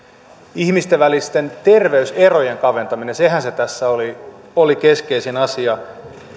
ihmisten välisten terveyserojen kaventaminen sehän se tässä oli oli keskeisin asia